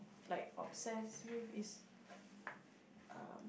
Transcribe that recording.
like obsessed with is um